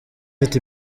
ati